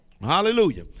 Hallelujah